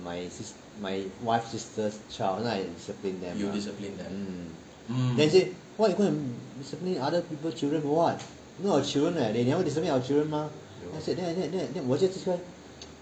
my sis~ my wife sister's child then I discipline them mah mm then she say why you go and discipline other people children for what not your children leh they never discipline our children mah then I said then then then 我就跟她